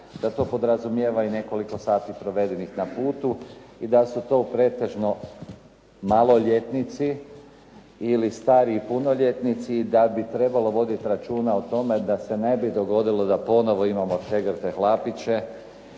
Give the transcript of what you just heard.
da to podrazumijeva i nekoliko sati provedenih na putu i da su to pretežno maloljetnici ili stariji punoljetnici, da bi trebalo voditi računa o tome da se ne bi dogodilo da ponovno imamo šegrte Hlapiće